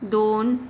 दोन